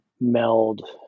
meld